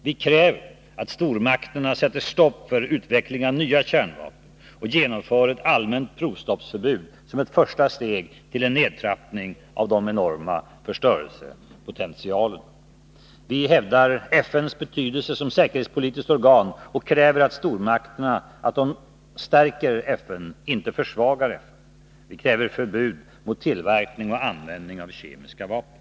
Vi kräver att stormakterna sätter stopp för utveckling av nya kärnvapen och genomför ett allmänt provstoppsförbud som ett första steg till en nedtrappning av de enorma förstörelsepotentialerna. Vi hävdar FN:s betydelse som säkerhetspolitiskt organ och kräver av stormakterna att de stärker FN, inte försvagar det. Vi kräver förbud mot tillverkning och användning av kemiska vapen.